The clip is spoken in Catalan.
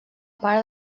part